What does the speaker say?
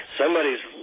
somebody's